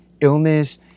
illness